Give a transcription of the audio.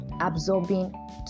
absorbing